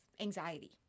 anxiety